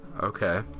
Okay